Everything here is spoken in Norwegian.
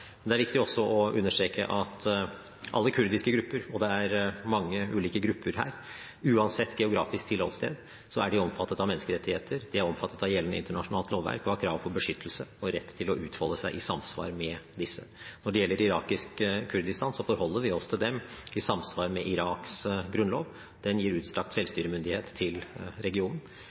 Det er viktig også å understreke at alle kurdiske grupper – og det er mange ulike grupper her – uansett geografisk tilholdssted er omfattet av menneskerettigheter, de er omfattet av gjeldende internasjonalt lovverk og har krav på beskyttelse og rett til å utfolde seg i samsvar med disse. Når det gjelder irakisk Kurdistan, forholder vi oss til dem i samsvar med Iraks grunnlov. Den gir utstrakt selvstyremyndighet til regionen.